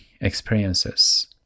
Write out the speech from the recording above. experiences